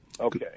Okay